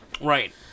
Right